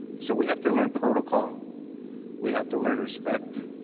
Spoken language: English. so we have to learn protocol we have to learn respect.